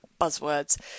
buzzwords